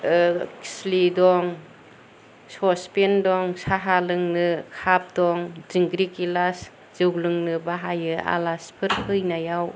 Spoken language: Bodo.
खिलि दं ससपेन दं साहा लोंनो काप दं दिंग्रि गिलास जौ लोंनो बाहायो आलासिफोर फैनायाव